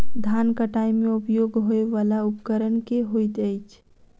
धान कटाई मे उपयोग होयवला उपकरण केँ होइत अछि?